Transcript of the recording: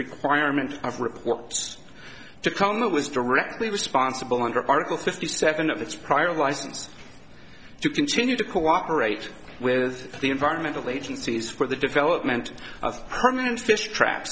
requirement of reports to come that was directly responsible under article fifty seven of its prior license to continue to cooperate with the environmental agencies for the development of permanent fish trap